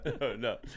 no